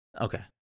Okay